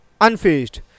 unfazed